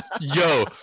yo